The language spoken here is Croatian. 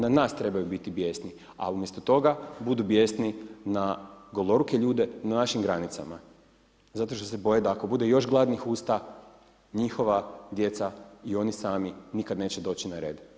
Na nas trebaju biti bijesni ali umjesto toga budu bijesni na goloruke ljude na našim granicama zato što se boje da ako bude još gladnih usta, njihova djeca i oni sami nikad neće doći na red.